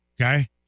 Okay